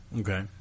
Okay